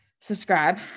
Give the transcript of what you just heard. subscribe